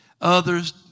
Others